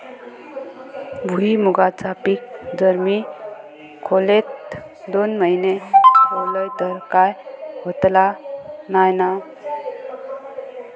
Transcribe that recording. भुईमूगाचा पीक जर मी खोलेत दोन महिने ठेवलंय तर काय होतला नाय ना?